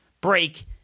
break